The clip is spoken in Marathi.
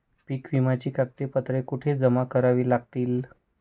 पीक विम्याची कागदपत्रे कुठे जमा करावी लागतील?